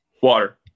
Water